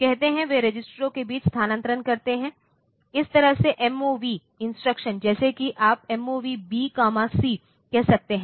कहते हैं वे रजिस्टरों के बीच स्थानांतरण करते हैं इस तरह के MOV इंस्ट्रक्शन जैसे कि आप MOV B C कह सकते हैं